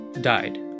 died